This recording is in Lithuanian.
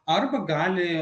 arba gali